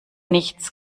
nichts